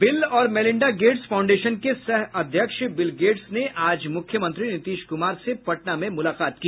bill और Melinda Gates foundation के सह अध्यक्ष बिल गेट्स ने आज मुख्यमंत्री नीतीश कुमार से पटना में मुलाकात की